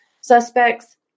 suspects